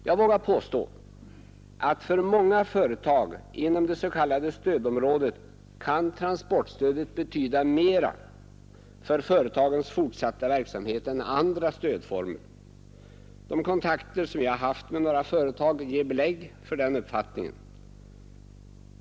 Jag vågar påstå att för många företag inom det s.k. stödområdet kan transportstödet betyda mera för företagens fortsatta verksamhet än andra stödformer. De kontakter som jag haft med några företag ger belägg för denna uppfattning.